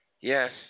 Yes